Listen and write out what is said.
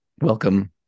welcome